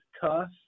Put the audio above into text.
tough